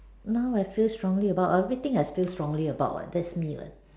now I feel strongly about everything I feel strongly about what that's me what